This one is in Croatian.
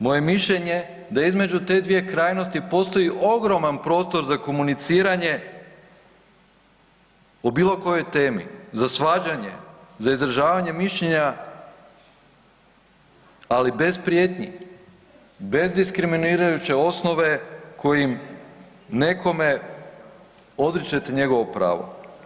Moje mišljenje da između te dvije krajnosti postoji ogroman prostor za komuniciranje o bilo kojoj temi, za svađanje, za izražavanje mišljenja, ali bez prijetnji, bez diskriminirajuće osnove kojim nekome odričete njegovo pravo.